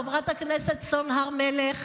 חברת הכנסת סון הר מלך,